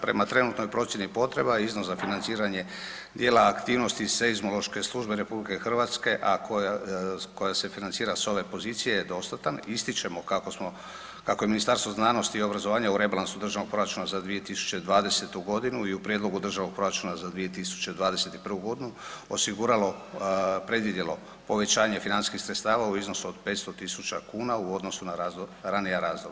Prema trenutnoj procjeni potreba iznos za financiranje dijela aktivnosti Seizmološke službe RH, a koje se financira s ove pozicije je dostatan ističemo kako je Ministarstvo znanosti i obrazovanja u rebalansu državnog proračuna za 2020. godinu i u prijedlogu državnog proračuna za 2021. osiguralo predvidjelo povećanje financijskih sredstava u iznosu od 500.000 kuna u odnosu na ranija razdoblja.